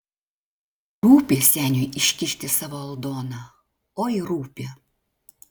rūpi seniui iškišti savo aldoną oi rūpi